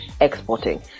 exporting